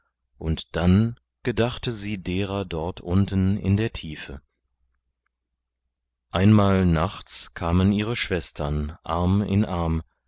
und dann gedachte sie derer dort unten in der tiefe einmal nachts kamen ihre schwestern arm in arm